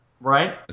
Right